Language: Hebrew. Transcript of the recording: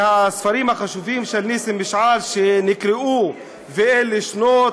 והספרים החשובים של ניסים משעל נקראו "ואלה שנות...